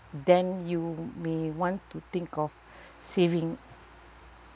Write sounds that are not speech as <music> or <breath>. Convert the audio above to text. then you may want to think of <breath> saving